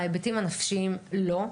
ההיבטים הנפשיים לא.